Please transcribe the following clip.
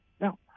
No